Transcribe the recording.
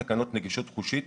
לכן אנחנו עכשיו נצמדים לטקסט.